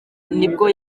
nibwo